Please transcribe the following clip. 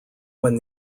when